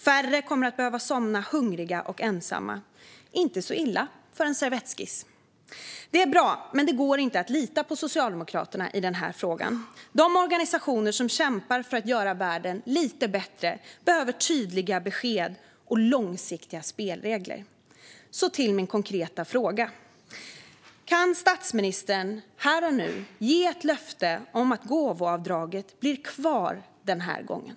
Färre kommer att behöva somna hungriga och ensamma. Inte så illa för en servettskiss! Detta är bra, men det går inte att lita på Socialdemokraterna i denna fråga. De organisationer som kämpar för att göra världen lite bättre behöver tydliga besked och långsiktiga spelregler. Så till min konkreta fråga: Kan statsministern, här och nu, ge ett löfte om att gåvoavdraget blir kvar den här gången?